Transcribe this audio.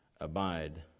abide